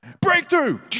breakthrough